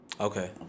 Okay